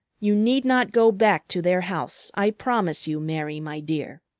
you need not go back to their house, i promise you, mary, my dear.